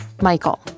Michael